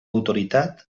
autoritat